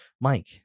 Mike